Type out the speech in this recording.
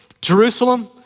Jerusalem